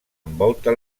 envolta